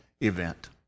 event